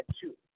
two